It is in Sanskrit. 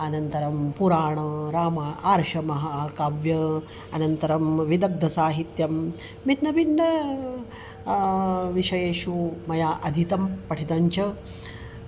अनन्तरं पुराणं रामः आर्षमहाकव्यं अनन्तरं विदग्धसाहित्यं भिन्नभिन्नं विषयेषु मया अधीतं पठितञ्च